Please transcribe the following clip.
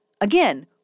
Again